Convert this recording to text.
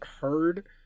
heard